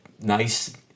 nice